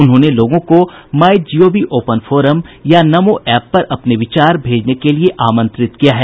उन्होंने लोगों को माई जीओवी ओपन फोरम या नमोऐप पर अपने विचार भेजने के लिए आमंत्रित किया है